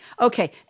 Okay